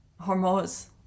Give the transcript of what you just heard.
Hormoz